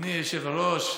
אדוני היושב-ראש,